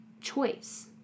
choice